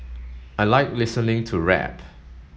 I like listening to rap